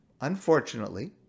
unfortunately